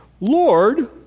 Lord